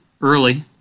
early